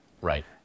Right